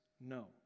no